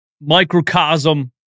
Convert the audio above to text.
microcosm